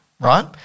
right